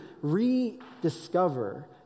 rediscover